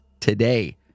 today